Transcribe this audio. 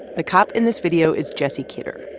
ah cop in this video is jesse kidder.